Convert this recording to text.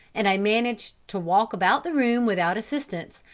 and i managed to walk about the room without assistance,